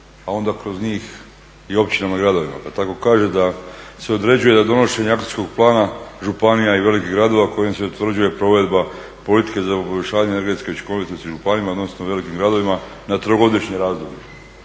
a onda kroz njih i općinama i gradovima. Pa tako kaže da se određuje da donošenje akcijskog plana županija i velikih gradova kojim se utvrđuje provedba politike za … energetske učinkovitosti u županijama, odnosno velikim gradovima, na trogodišnje razdoblje.